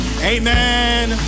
amen